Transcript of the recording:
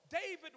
David